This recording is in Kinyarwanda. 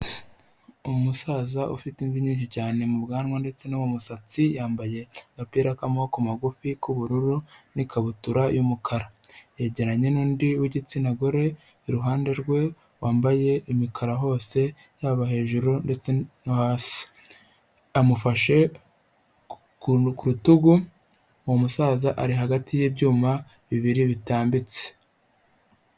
Umusaza ufite imvi nyinshi cyane mu bwanwa ndetse no mu musatsi, yambaye agapira k'amaboko magufi k'ubururu n'ikabutura y'umukara, yegeranye n'undi w'igitsina gore iruhande rwe, wambaye imikara hose yaba hejuru ndetse no hasi, amufashe ku rutugu, uwo musaza ari hagati y'ibyuma bibiri bitambitse.